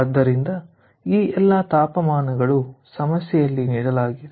ಆದ್ದರಿಂದ ಈ ಎಲ್ಲಾ ತಾಪಮಾನಗಳು ಸಮಸ್ಯೆಯಲ್ಲಿ ನೀಡಲಾಗಿವೆ